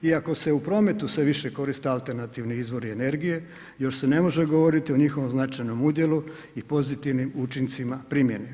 Iako se u prometu sve više koriste alternativni izvori energije, još se ne može govoriti o njihovom značajnom udjelu i pozitivnim učincima primjene.